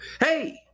hey